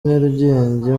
nyarugenge